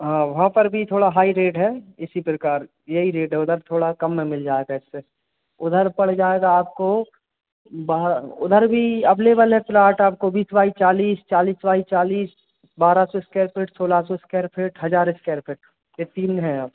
हाँ वहाँ पर भी थोड़ा हाई रेट है इसी प्रकार यही रेट है उधर थोड़ा काम में मिल जाएगा इससे उधर पड़ जाएगा आपको बार उधर भी अवेलेबल है प्लाट आपको बीस बाय चालीस चालीस बाय चालीस बारह सौ स्क्वायर फिट सोलह सौ स्क्वायर फिट हज़ार स्क्वायर फिट यह तीन हैं